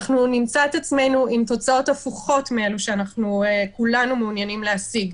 אנחנו נמצא את עצמנו עם תוצאות הפוכות מאלה שכולנו מעוניינים להשיג.